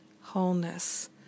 wholeness